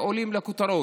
הם עולים לכותרות.